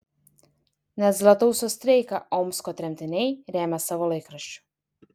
net zlatousto streiką omsko tremtiniai rėmė savo laikraščiu